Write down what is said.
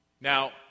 Now